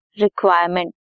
requirement